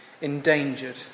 endangered